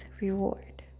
reward